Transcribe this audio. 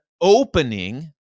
opening